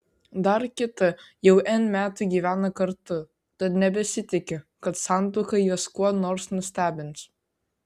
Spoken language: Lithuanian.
dar kita jau n metų gyvena kartu tad nebesitiki kad santuoka juos kuo nors nustebins